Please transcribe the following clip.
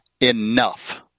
enough